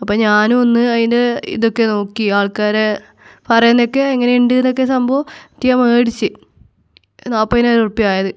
അപ്പം ഞാനുവൊന്ന് അതിന് ഇതൊക്കെ നോക്കി ആൾക്കാരെ പറയുന്നതൊക്കെ എങ്ങനെ ഉണ്ടെന്നൊക്കെ സംഭവം റ്റ് ഞാൻ മേടിച്ച് നാൽപ്പതിനായിരം റുപ്പിക ആയത്